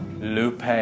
Lupe